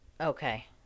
okay